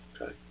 Okay